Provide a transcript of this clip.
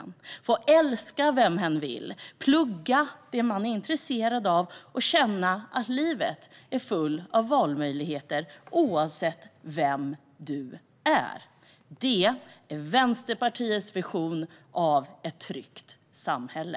Man får älska vem man vill, plugga det man är intresserad av och känna att livet är fullt av valmöjligheter oavsett vem man är. Det är Vänsterpartiets vision om ett tryggt samhälle.